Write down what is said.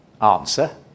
answer